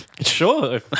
Sure